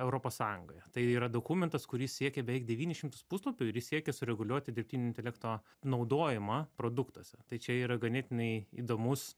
europos sąjungoje tai yra dokumentas kuris siekia beveik devynis šimtus puslapių ir jis siekia sureguliuoti dirbtinio intelekto naudojimą produktuose tai čia yra ganėtinai įdomus